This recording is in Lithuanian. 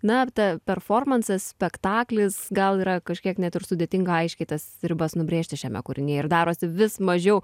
na ta performansas spektaklis gal yra kažkiek net ir sudėtinga aiškiai tas ribas nubrėžti šiame kūrinyje ir darosi vis mažiau